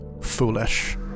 foolish